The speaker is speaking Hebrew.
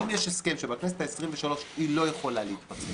אם יש הסכם שבכנסת העשרים-ושלוש היא לא יכולה להתפצל